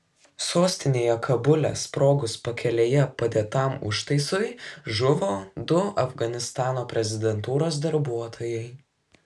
sostinėje kabule sprogus pakelėje padėtam užtaisui žuvo du afganistano prezidentūros darbuotojai